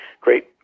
great